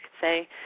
say